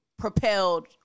propelled